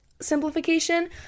simplification